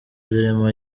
zirimo